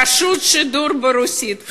רשות השידור ברוסית,